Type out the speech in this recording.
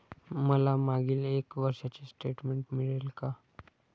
मला मागील एक वर्षाचे स्टेटमेंट मिळेल का?